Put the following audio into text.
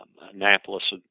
Annapolis